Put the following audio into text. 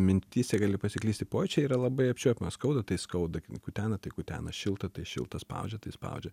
mintyse gali pasiklysti pojūčiai yra labai apčiuopiama skauda tai skauda kutena tai kutena šilta tai šilta spaudžia tai spaudžia